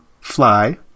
Fly